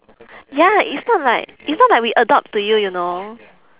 ya it's not like it's not like we adopt to you you know